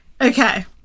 Okay